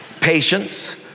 patience